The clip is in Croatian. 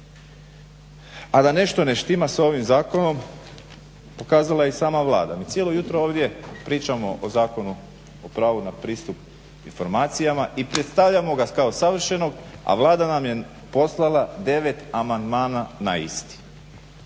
A da nešto ne štima s ovim zakonom pokazala je i sama Vlada. Mi cijelo jutro ovdje pričamo o Zakonu o pravu na pristup informacijama i predstavljamo ga kao savršenog, a Vlada nam je poslala 9 amandmana na isti.